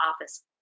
office